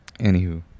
Anywho